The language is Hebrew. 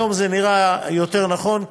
היום זה נראה יותר נכון,